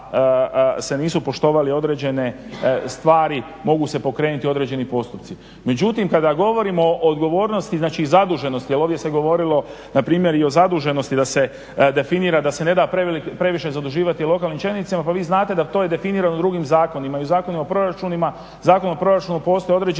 se nisu poštovale određene stvari mogu se pokrenuti određeni postupci. Međutim, kada govorimo o odgovornosti znači zaduženosti, jer ovdje se govorilo na primjer i o zaduženosti da se definira da se ne da previše zaduživati lokalnim čelnicima pa vi znate da to je definirano drugim zakonima. I u Zakonu o proračunu postoje određeni